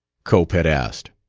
cope had asked.